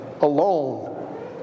alone